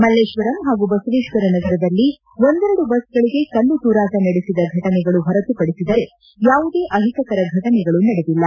ಮಲೇಶ್ವರಂ ಹಾಗೂ ಬಸವೇಶ್ವರ ನಗರದಲ್ಲಿ ಒಂದೆರಡು ಬಸ್ಗಳಿಗೆ ಕಲ್ಲು ತೂರಾಟ ನಡೆಸಿದ ಫಟನೆಗಳು ಹೊರತುಪಡಿಸಿದರೆ ಯಾವುದೇ ಅಹಿತಕರ ಘಟನೆಗಳು ನಡೆದಿಲ್ಲ